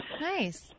Nice